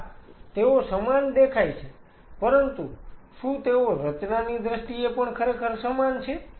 હા તેઓ સમાન દેખાય છે પરંતુ શું તેઓ રચનાની દ્રષ્ટિએ પણ ખરેખર સમાન છે